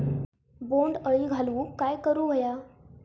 बोंड अळी घालवूक काय करू व्हया?